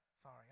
Sorry